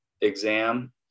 exam